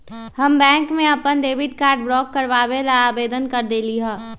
हम बैंक में अपन डेबिट कार्ड ब्लॉक करवावे ला आवेदन कर देली है